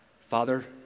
Father